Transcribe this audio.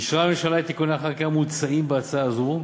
אישרה הממשלה את תיקוני החקיקה המוצעים בהצעה זו.